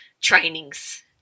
trainings